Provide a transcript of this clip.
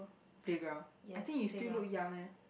playground I think you still look young eh